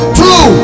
two